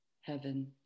heaven